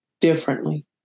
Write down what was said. differently